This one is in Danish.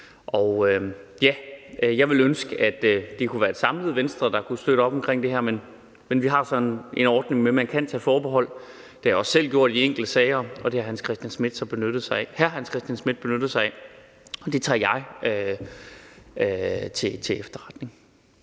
jeg ville ønske, at det kunne være et samlet Venstre, der støttede op om det her, men vi har altså en ordning om, at man kan tage forbehold. Det har jeg også selv gjort i enkelte sager. Og det har hr. Hans Christian Schmidt så benyttet sig af, og det tager jeg til efterretning.